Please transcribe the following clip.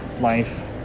life